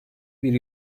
bir